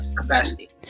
capacity